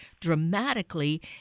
dramatically—